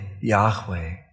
Yahweh